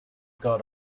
god